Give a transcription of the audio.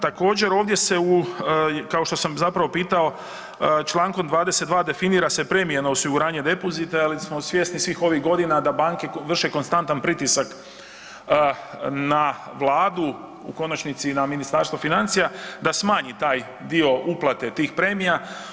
Također ovdje se u, kao što sam zapravo pitao, čl. 22. definira se premija na osiguranje depozita je li smo svjesni svih ovih godina da banke vrše konstantan pritisak na vladu, u konačnici i na Ministarstvo financija, da smanji taj dio, uplate tih premija.